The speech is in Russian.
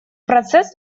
процесс